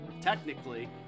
technically